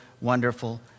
wonderful